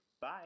Bye